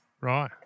Right